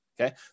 Okay